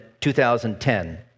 2010